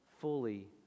fully